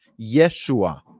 yeshua